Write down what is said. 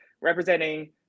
representing